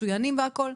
מצוינים והכול,